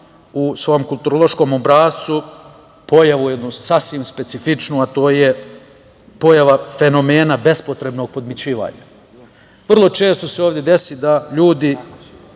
u svom kulturološkom obrascu pojavu jednu, sasvim specifičnu, a to je pojava fenomena bespotrebnog podmićivanja. Vrlo često se desi da ljudi